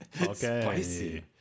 okay